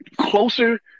closer